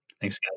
Thanks